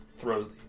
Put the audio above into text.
throws